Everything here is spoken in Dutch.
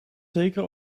zeker